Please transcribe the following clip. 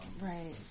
Right